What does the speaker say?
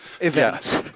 events